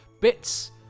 Bits